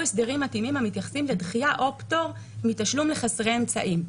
הסדרים מתאימים המתייחסים לדחייה או פטור מתשלום לחסרי אמצעים.